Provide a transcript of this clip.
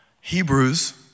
Hebrews